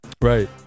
Right